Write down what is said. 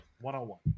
One-on-one